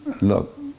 look